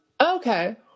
Okay